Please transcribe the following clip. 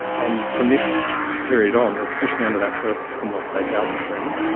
and from this period on, especially under that first commonwealth state housing agreement,